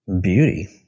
Beauty